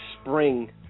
spring